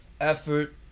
effort